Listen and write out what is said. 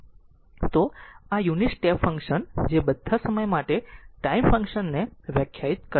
તો આ unit step function છે જે બધા સમય માટે ટાઇમ ફંક્શન ને વ્યાખ્યાયિત કરે છે